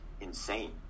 insane